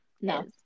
No